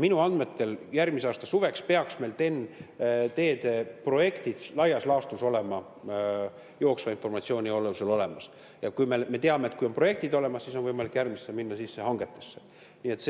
Minu andmetel järgmise aasta suveks peaks meil TEN‑T teede projektid laias laastus olema jooksva informatsiooni alusel olemas. Ja kui me teame, et on projektid olemas, siis on võimalik järgmisena minna hangetesse. Nii et